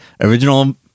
original